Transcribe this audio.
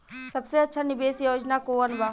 सबसे अच्छा निवेस योजना कोवन बा?